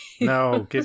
No